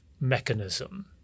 mechanism